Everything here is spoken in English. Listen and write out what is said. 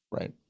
Right